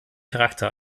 charakter